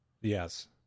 yes